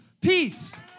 peace